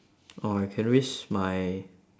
oh I can risk my